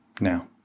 Now